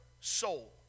soul